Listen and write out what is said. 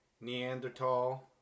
Neanderthal